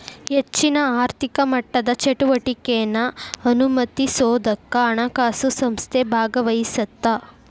ಹೆಚ್ಚಿನ ಆರ್ಥಿಕ ಮಟ್ಟದ ಚಟುವಟಿಕೆನಾ ಅನುಮತಿಸೋದಕ್ಕ ಹಣಕಾಸು ಸಂಸ್ಥೆ ಭಾಗವಹಿಸತ್ತ